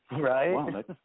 Right